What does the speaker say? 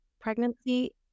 pregnancy